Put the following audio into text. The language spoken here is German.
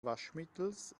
waschmittels